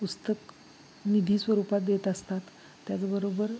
पुस्तकनिधी स्वरूपात देत असतात त्याचबरोबर